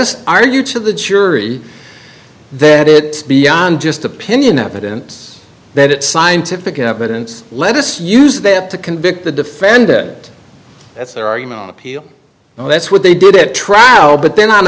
us argue to the jury that it beyond just opinion evidence that scientific evidence let us use that to convict the defendant that's their argument on appeal that's what they did it travel but then on